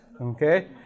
Okay